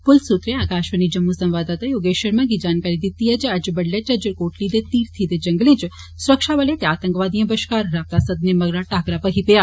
पुलस सूत्रें आकाशवाणी जम्मू संवाददाता योगेश शर्मा गी जानकारी दिती ऐ जे अज्ज बड्डलै झज्जर कोटली दे धीरथी दे जंगलें च सुरक्षाबलें ते आतंकवादिए बश्कार रावता सदने मगरा टाकरा भक्खेआ